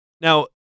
Now